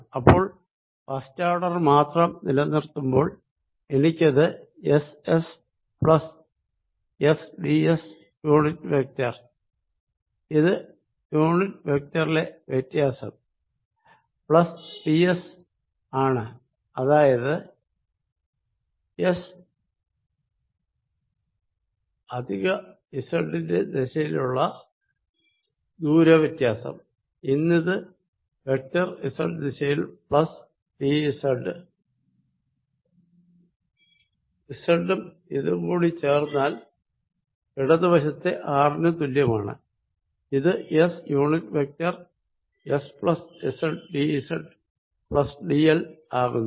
അപ്പോൾ first order മാത്രം നിലനിർത്തുമ്പോൾ എനിക്കിത് S S plus S DS unit vector ഇത് യൂണിറ്റിവെയ്റ്ററിലെ വ്യത്യാസം പ്ലസ് ഡി എസ് ആണ്അതായത് എസ് അധിക സെഡ് ന്റെ ദിശയിലുള്ള ദൂര വ്യത്യാസം ഇന്നിത് വെക്ടർ സെഡ് ദിശയിൽ പ്ലസ് ഡി സെഡ് സെഡ് ഉം ഇത് കൂടി ചേർന്നാൽ ഇടതുവശത്തെ ആർ നു തുല്യമാണ് ഇത് S unit vector S plus Z D Z plus D L ആകുന്നു